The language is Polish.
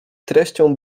treścią